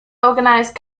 organized